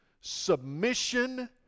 submission